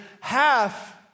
half